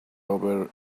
over